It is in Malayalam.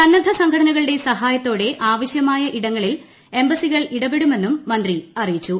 സന്നദ്ധ സംഘടനകളുടെ സഹായത്തോടെ ആവശ്യമായ ഇടങ്ങളിൽ എംബസികൾ ഇടപെടുമെന്നും മന്ത്രി അറിയിച്ചു